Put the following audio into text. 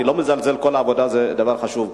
אני לא מזלזל, כל עבודה זה דבר חשוב.